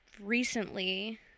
recently